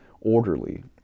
orderly